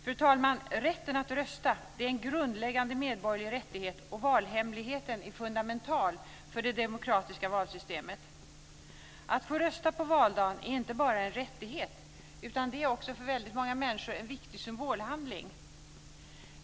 Fru talman! Rätten att rösta är en grundläggande medborgerlig rättighet, och valhemligheten är fundamental för det demokratiska valsystemet. Att få rösta på valdagen är inte bara en rättighet, utan det är för väldigt många människor också en viktig symbolhandling.